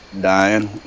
dying